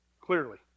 Clearly